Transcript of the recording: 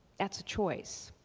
that's a choice.